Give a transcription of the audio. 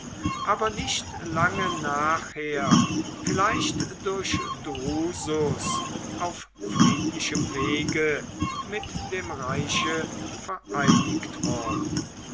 aber nicht lange nachher vielleicht durch drusus auf friedlichem wege mit dem reiche vereinigt worden